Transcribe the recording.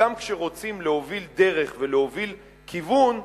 שגם כשרוצים להוביל דרך ולהוביל כיוון,